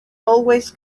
always